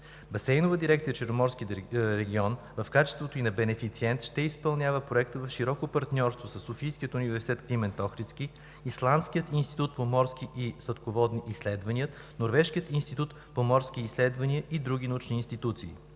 Басейнова дирекция „Черноморски регион“ в качеството ѝ на бенефициент ще изпълнява Проекта в широко партньорство със Софийския университет „Климент Охридски“, Исландския институт по морски и сладководни изследвания, Норвежкия институт по морски изследвания и други научни институции.